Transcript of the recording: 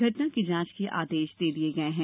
घटना की जांच के आदेश दे दिए गए है